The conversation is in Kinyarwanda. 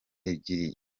ebyiri